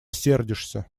сердишься